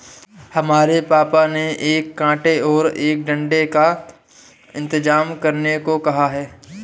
हमें पापा ने एक कांटे और एक डंडे का इंतजाम करने को कहा है